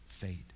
fate